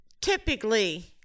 typically